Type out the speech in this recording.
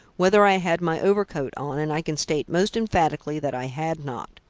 whether i had my overcoat on, and i can state most emphatically that i had not.